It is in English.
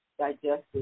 digestive